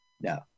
no